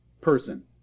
person